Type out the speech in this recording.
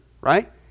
right